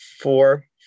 four